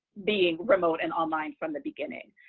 being remote and online from the beginning,